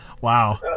Wow